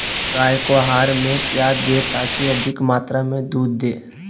गाय को आहार में क्या दे ताकि अधिक मात्रा मे दूध दे?